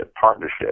partnership